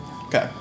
Okay